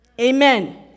Amen